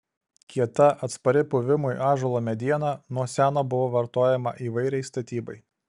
kieta atspari puvimui ąžuolo mediena nuo seno buvo vartojama įvairiai statybai